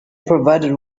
provided